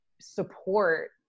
support